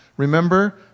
Remember